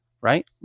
right